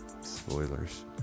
Spoilers